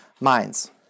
minds